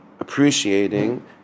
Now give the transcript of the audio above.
appreciating